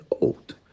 old